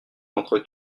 entre